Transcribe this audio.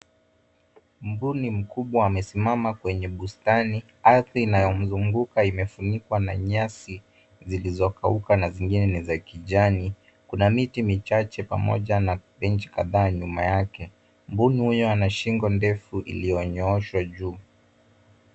Mbuni mkubwa amesimama kwenye bustani, ardhi inayomzunguka imefunikwa na nyasi zilizokauka na zingine ni za kijani. Kuna miti michache pamoja na benchi kadhaa nyuma yake. Mbuni huyu ana shingo ndefu iliyonyooshwa juu.